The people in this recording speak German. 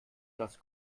dass